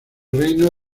reino